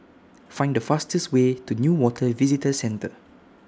Find The fastest Way to Newater Visitor Centre